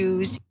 Use